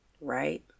right